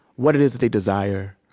what it is that they desire,